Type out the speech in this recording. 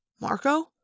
Marco